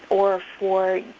or for